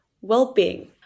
well-being